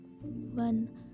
One